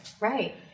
Right